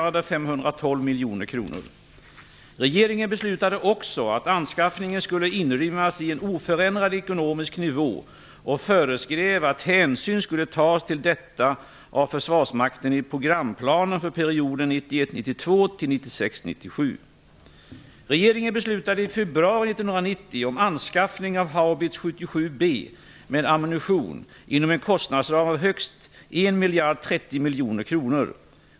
Regeringen beslutade också att anskaffningen skulle inrymmas i en oförändrad ekonomisk nivå och föreskrev att hänsyn skulle tas till detta av Försvarsmakten i programplanen för perioden 1991 97. Regeringen beslutade i februari 1990 om anskaffning av haubits 77 B med ammunition inom en kostnadsram av högst 1 030 000 000 kronor.